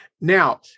Now